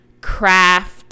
craft